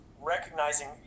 recognizing